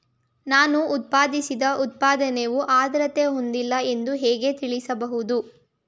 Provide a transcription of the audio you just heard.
ನಾನು ಉತ್ಪಾದಿಸಿದ ಉತ್ಪನ್ನವು ಆದ್ರತೆ ಹೊಂದಿಲ್ಲ ಎಂದು ಹೇಗೆ ತಿಳಿಯಬಹುದು?